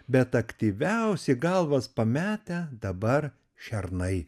bet aktyviausi galvas pametę dabar šernai